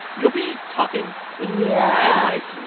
you'll be talking yeah and, like,